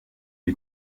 die